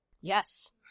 Yes